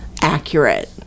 accurate